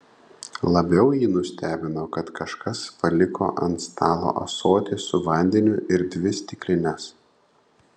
labiau jį nustebino kad kažkas paliko ant stalo ąsotį su vandeniu ir dvi stiklines